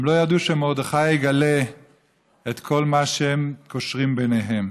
הם לא ידעו שמרדכי יגלה את כל מה שהם קושרים ביניהם.